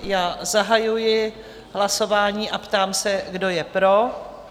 Já zahajuji hlasování a ptám se, kdo je pro?